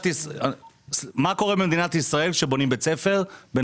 ישראל בנושא של הספורט כשבונים בית ספר.